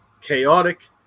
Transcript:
chaotic